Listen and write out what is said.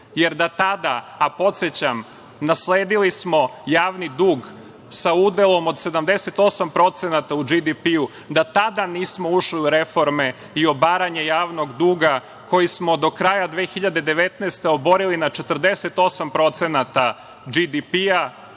jer da tada, a podsećam, nasledili smo javni dug sa udelom od 78% u BDP-u, da tada nismo ušli u reforme i obaranje javnog duga koji smo do kraja 2019. godine, oborili na 48% BDP-a,